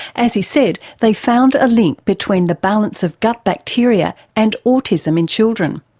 as he said, they found a link between the balance of gut bacteria and autism in children.